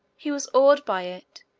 he was awed by it.